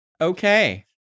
Okay